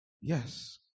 Yes